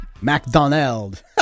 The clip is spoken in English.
McDonald